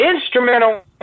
instrumental